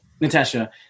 Natasha